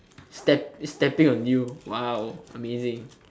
step~ stepping on you !wow! amazing